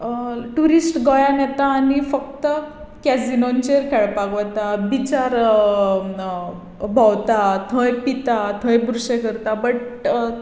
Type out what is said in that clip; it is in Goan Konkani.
टुरिस्ट गोंयांत येता आनी फक्त कॅजिनोंचेर खेळपाक वता बिचार भोंवता थंय पिता थंय बुरशें करता बट